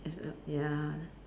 as a ya